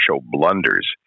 blunders